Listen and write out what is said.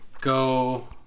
Go